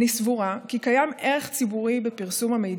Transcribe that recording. אני סבורה כי קיים ערך ציבורי בפרסום המידע,